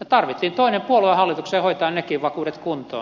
ja tarvittiin toinen puolue hallitukseen hoitamaan nekin vakuudet kuntoon